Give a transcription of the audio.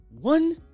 One